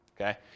okay